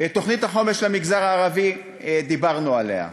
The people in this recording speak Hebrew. תוכנית החומש למגזר הערבי, דיברנו עליה,